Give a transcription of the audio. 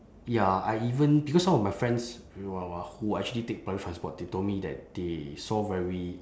ya I even because some of my friends who actually take public transport they told me that they saw very